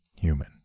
human